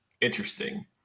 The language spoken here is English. interesting